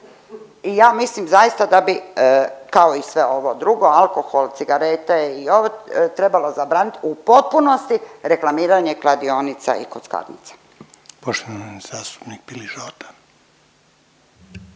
i ja mislim zaista da bi kao i sve ovo drugo alkohol, cigarete i ovo trebalo zabraniti u potpunosti reklamiranje kladionica i kockarnica. **Reiner, Željko